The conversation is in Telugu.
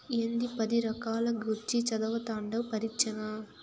ఏందీ పందుల రకాల గూర్చి చదవతండావ్ పరీచ్చనా